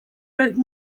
wrote